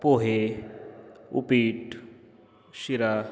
पोहे उपीट शिरा